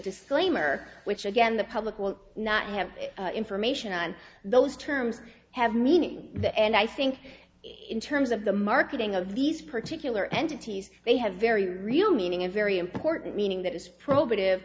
disclaimer which again the public will not have information on those terms have meaning that and i think in terms of the marketing of these particular entities they have very real meaning and very important meaning that is probative